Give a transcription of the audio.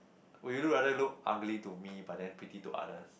would you rather look ugly to me but then pretty to others